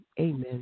Amen